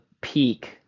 peak